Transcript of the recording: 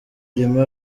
irimo